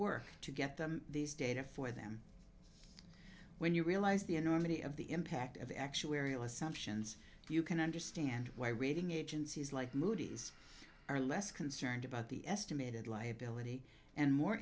work to get them these data for them when you realize the enormity of the impact of actuarial assumptions you can understand why rating agencies like moody's are less concerned about the estimated liability and more